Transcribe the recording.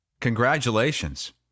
Congratulations